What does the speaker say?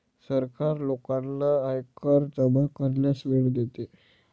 सरकार लोकांना आयकर जमा करण्यास वेळ देते